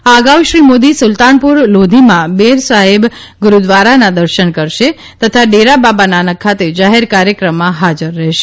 આ અગાઉ શ્રી મોદી સુલતાનપુર લોધીમાં બેર સાહેબ ગુરૂદ્વારાના દર્શન કરશે તથા ડેરા બાબા નાનક ખાતે જાહેર કાર્યક્રમમાં હાજર રહેશે